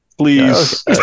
Please